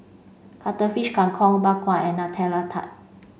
Cuttlefish Kang Kong Bak Kwa and Nutella Tart